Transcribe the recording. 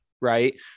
right